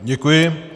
Děkuji.